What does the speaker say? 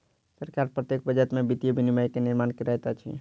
सरकार प्रत्येक बजट में वित्तीय विनियम के निर्माण करैत अछि